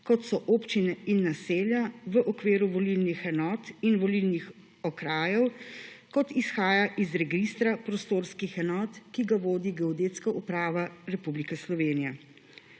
kot so občine in naselja, v okviru volilnih enot in volilnih okrajev, kot izhaja iz Registra prostorskih enot, ki ga vodi Geodetska uprava Republike Slovenije.